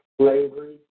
Slavery